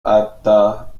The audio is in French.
hâta